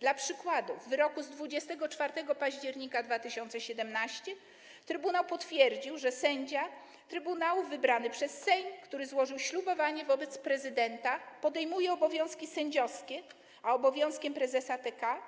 Dla przykładu, w wyroku z 24 października 2017 r. trybunał potwierdził, że sędzia trybunału wybrany przez Sejm, który złożył ślubowanie wobec prezydenta, podejmuje obowiązki sędziowskie, a obowiązkiem prezesa TK